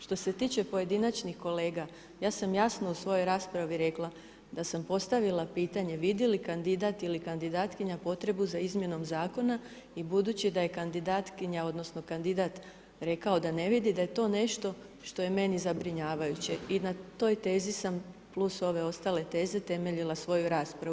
Što se tiče pojedinačnih kolega ja sam jasno u svojoj raspravi rekla da sam postavila pitanje vidi li kandidat ili kandidatkinja potrebu za izmjenom zakona i budući da je kandidatkinja odnosno kandidat rekao da ne vidi da je to nešto što je meni zabrinjavajuće i na toj tezi sam, plus ove ostale teze, temeljila svoju raspravu.